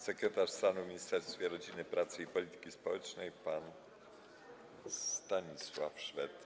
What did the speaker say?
Sekretarz stanu w Ministerstwie Rodziny, Pracy i Polityki Społecznej pan Stanisław Szwed.